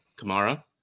Kamara